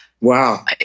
Wow